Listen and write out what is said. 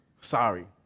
sorry